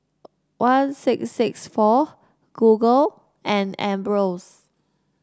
one six six four Google and Ambros